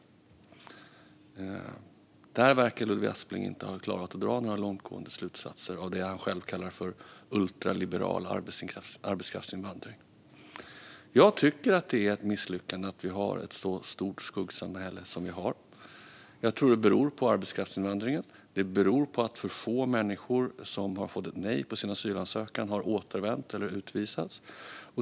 Där verkar Ludvig Aspling inte ha klarat av att dra några slutsatser av det som han själv kallar för ultraliberal arbetskraftsinvandring. Jag tycker att det är ett misslyckande att vi har ett så stort skuggsamhälle som vi har. Jag tror att det beror på arbetskraftsinvandringen. Det beror på att för få människor som har fått ett nej på sin asylansökan har återvänt eller utvisats.